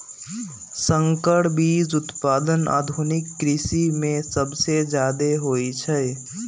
संकर बीज उत्पादन आधुनिक कृषि में सबसे जादे होई छई